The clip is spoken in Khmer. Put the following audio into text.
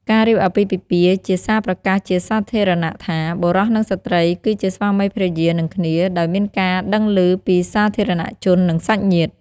ការរៀបអាពាហ៍ពិពាហ៍ ជាសារប្រកាសជាសាធារណៈថា បុរស និងស្ត្រី គឺជាស្វាមីភរិយានឹងគ្នា ដោយមានការដឹងឮពីសាធារណជន និងសាច់ញាតិ។